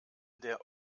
der